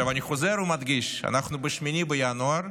אני חוזר ומדגיש: אנחנו ב-8 בינואר,